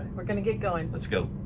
we're gonna get going. let's go.